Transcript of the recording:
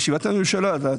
בישיבת הממשלה.